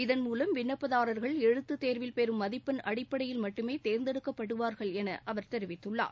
இதன்மூலம் விண்ணப்பதாரர்கள் எழுத்துத் தேர்வில் பெறும் மதிப்பெண் அடிப்படையில் மட்டுமே தேர்ந்தெடுக்கப்படுவார்கள் என அவர் தெரிவித்துள்ளார்